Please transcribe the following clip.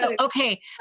okay